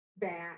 back